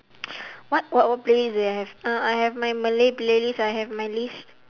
what what playlist do I have uh I have my malay playlist I have my list